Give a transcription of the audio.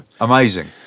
amazing